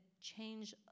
change